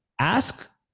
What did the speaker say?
ask